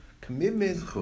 Commitment